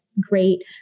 great